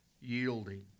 yielding